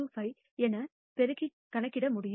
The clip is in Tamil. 25 என பெருக்கி கணக்கிட முடியும்